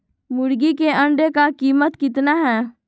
मुर्गी के अंडे का कीमत कितना है?